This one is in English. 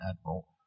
Admiral